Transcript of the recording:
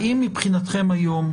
האם מבחינתכם היום,